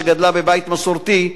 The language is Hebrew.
שגדלה בבית מסורתי,